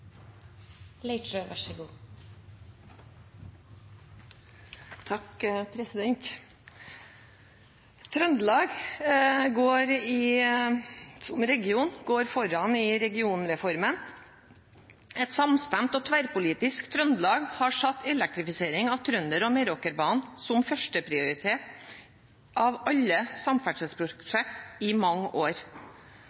Trøndelag som region går foran i regionreformen. Et samstemt og tverrpolitisk Trøndelag har hatt elektrifisering av Trønder- og Meråkerbanen som førsteprioritet av alle